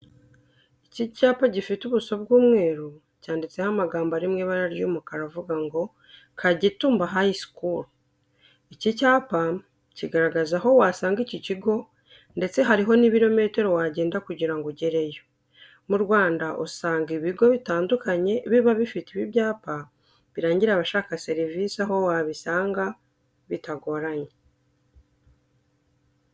Ni icyapa gifite ubuso bw'umweru, cyanditseho amagambo ari mu ibara ry'umukara avuga ngo Kagitumba High School. Iki cyapa kiragaragaza aho wasanga iki kigo ndetse hariho n'ibiro metero wagenda kugira ngo ugereyo. Mu Rwanda usanga ibigo bitandukanye biba bifite ibi byapa birangira abashaka serivise aho wabisanga bitagoranye.